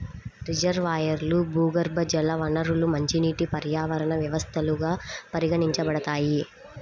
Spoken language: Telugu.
రిజర్వాయర్లు, భూగర్భజల వనరులు మంచినీటి పర్యావరణ వ్యవస్థలుగా పరిగణించబడతాయి